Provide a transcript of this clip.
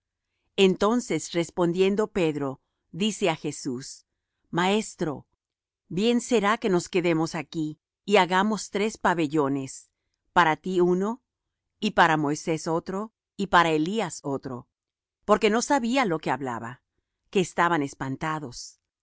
entonces respondiendo pedro dice á jesús maestro bien será que nos quedemos aquí y hagamos tres pabellones para ti uno y para moisés otro y para elías otro porque no sabía lo que hablaba que estaban espantados